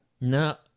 No